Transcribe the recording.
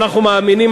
ואנחנו מאמינים,